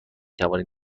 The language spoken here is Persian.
توانید